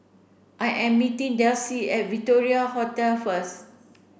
I am meeting Delsie at Victoria Hotel first